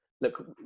look